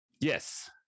Yes